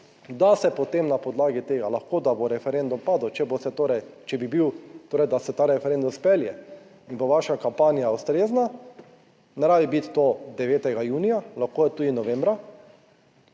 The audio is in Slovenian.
da se potem na podlagi tega, lahko, da bo referendum padel, če boste torej, če bi bil, torej, da se ta referendum spelje in bo vaša kampanja ustrezna, ne rabi biti to 9. junija, lahko je tudi novembra,